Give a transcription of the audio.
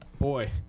Boy